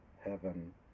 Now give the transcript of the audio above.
heaven